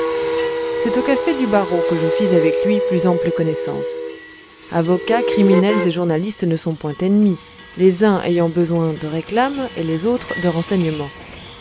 c'est au café du barreau que je fis avec lui plus ample connaissance avocats criminels et journalistes ne sont point ennemis les uns ayant besoin de réclame et les autres de renseignements